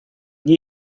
dni